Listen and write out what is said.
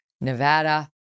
Nevada